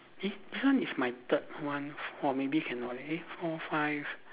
eh this one is my third one or maybe cannot leh eh four five